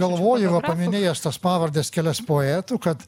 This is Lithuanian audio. galvoju paminėjai aš tas pavardes kelias poetų kad